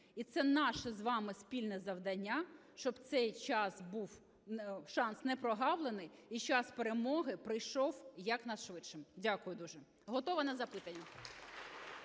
І це наше з вами спільне завдання, щоб цей шанс був не прогавлений і час перемоги прийшов якнайшвидше. Дякую дуже. Готова на запитання.